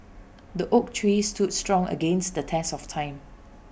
the oak tree stood strong against the test of time